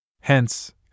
Hence